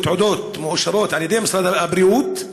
תעודות מאושרות על די משרד הבריאות,